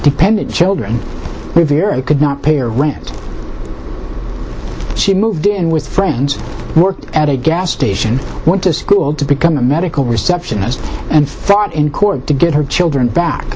dependent children who fear it could not pay her rent she moved in with friends worked at a gas station went to school to become a medical receptionist and fought in court to get her children back